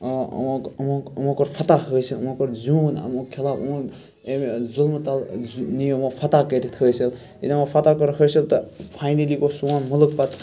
یِمو یِمو یِمو کوٚر فَتح حٲصِل یِمو کوٚر زیوٗن یِمو خلاف یِمون امہِ ظُلمہٕ تَل نِیو یِمو فتح کٔرِتھ حٲصِل ییٚلہِ یِمو فَتح کوٚر حٲصِل تہٕ فاینٔلی گوٚو سون مُلک پَتہٕ